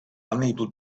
unable